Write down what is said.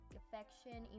affection